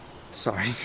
sorry